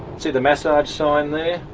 see the massage sign there?